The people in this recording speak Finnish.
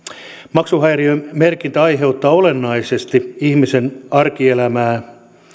maksuhäiriömerkintä vaikeuttaa olennaisesti ihmisen arkielämää